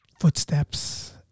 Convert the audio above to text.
footsteps